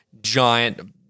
giant